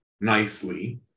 nicely